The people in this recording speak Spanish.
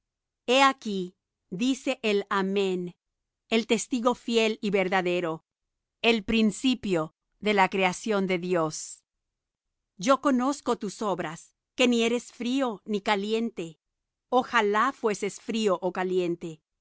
he aquí dice el amén el testigo fiel y verdadero el principio de la creación de dios yo conozco tus obras que ni eres frío ni caliente ojalá fueses frío ó caliente